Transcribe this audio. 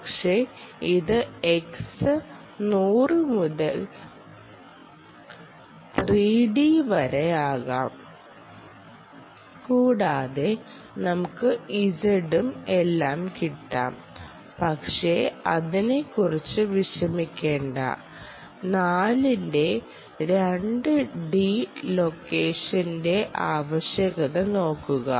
പക്ഷെ ഇത് X നൂറ് മുതൽ ത്രീഡി വരെയാകാം കൂടാതെ നമുക്ക് z ഉം എല്ലാം കിട്ടാം പക്ഷേ അതിനെക്കുറിച്ച് വിഷമിക്കേണ്ട 4 ന്റെ 2 ഡി ലൊക്കേഷന്റെ ആവശ്യകത നോക്കുക